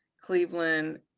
Cleveland